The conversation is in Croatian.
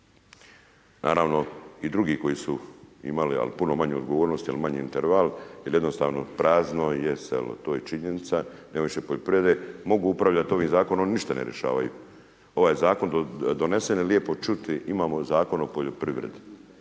Naravno i drugi koji su imali, ali puno manju odgovornost, jel je manji interval, jer jednostavno prazno je selo, to je činjenica, nema više poljoprivrede. Mogu upravljati, ovim Zakonom ništa ne rješavaju, ovaj Zakon donesen je lijepo čuti imamo Zakon o poljoprivredi.